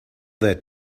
that